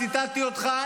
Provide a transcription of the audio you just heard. ציטטתי אותך,